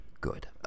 Good